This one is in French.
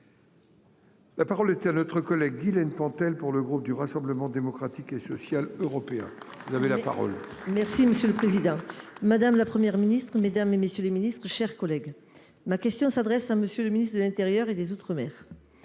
La parole est à notre collègue il a une Pentel pour le groupe du Rassemblement démocratique et social européen. Vous avez la parole. Merci monsieur le président. Madame, la Première Ministre Mesdames et messieurs les Ministres, chers collègues, ma question s'adresse à monsieur le ministre de l'Intérieur et des Outre-mer.